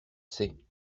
sais